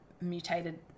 mutated